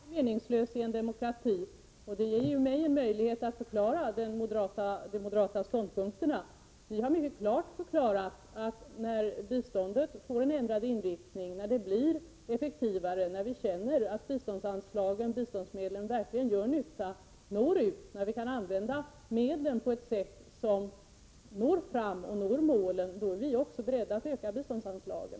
Fru talman! Diskussion är aldrig meningslös i en demokrati och den ger ju mig en möjlighet att förklara de moderata ståndpunkterna. Vi har mycket klart uttalat att när biståndet får en ändrad inriktning, när det blir effektivare, när vi känner att biståndsmedlen verkligen gör nytta, när medlen kan användas på ett sådant sätt att de når målet, är vi också beredda att öka biståndsanslagen.